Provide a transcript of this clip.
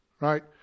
right